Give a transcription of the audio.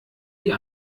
die